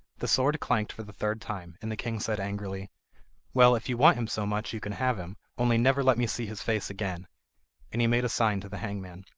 the sword clanked for the third time, and the king said angrily well, if you want him so much you can have him only never let me see his face again and he made a sign to the hangman.